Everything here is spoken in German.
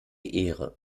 ehre